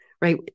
right